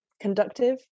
conductive